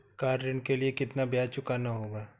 Car ऋण के लिए कितना ब्याज चुकाना होगा?